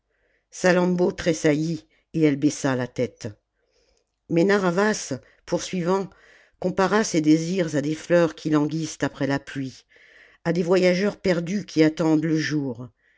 salammbô tressaillit et elle baissa la tête mais narr'havas poursuivant compara ses désirs à des fleurs qui languissent après la pluie à des voyageurs perdus qui attendent le jour